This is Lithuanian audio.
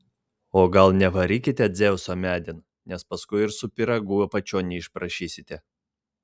o gal nevarykite dzeuso medin nes paskui ir su pyragu apačion neišprašysite